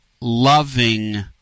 loving